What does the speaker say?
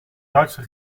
duitse